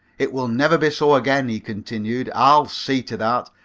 it will never be so again, he continued, i'll see to that.